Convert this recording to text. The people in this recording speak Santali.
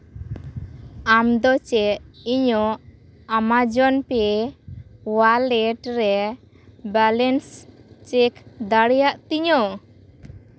ᱟᱢ ᱫᱚ ᱪᱮᱫ ᱤᱧᱟᱹᱜ ᱟᱢᱟᱡᱚᱱ ᱯᱮ ᱚᱣᱟᱞᱮᱴ ᱨᱮ ᱵᱮᱞᱮᱱᱥ ᱪᱮᱠ ᱫᱟᱲᱮᱭᱟᱜ ᱛᱤᱧᱟᱹᱢ